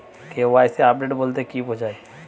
KYC update বলতে কি বোঝায়?